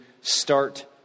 start